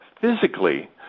physically